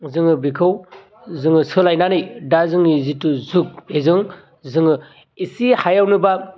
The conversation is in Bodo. जोङो बिखौ जोङो सोलायनानै दा जोंनि जिथु जुग बेजों जोङो एसे हायावनो बा